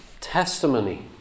testimony